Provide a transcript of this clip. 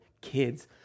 kids